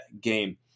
game